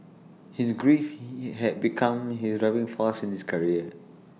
his grief he had become his driving force in his career